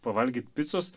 pavalgyt picos